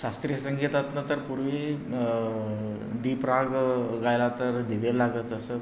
शास्त्रीय संगीतातून तर पूर्वी दीपराग गायला तर दिवे लागत असत